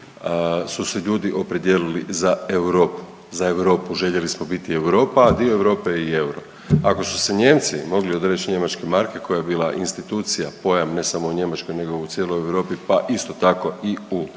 su se ljudi opredijelili za Europu, za Europi, željeli smo biti Europa, a dio Europe je i euro. Ako su se Nijemci mogli odreći njemačke marke koja je bila institucija, pojam ne samo u Njemačkoj nego u cijeloj Europi pa isto tako i u